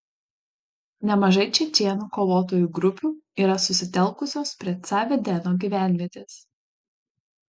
nemažai čečėnų kovotojų grupių yra susitelkusios prie ca vedeno gyvenvietės